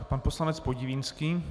Pan poslanec Podivínský.